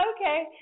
Okay